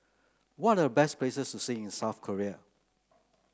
what are the best places to see in South Korea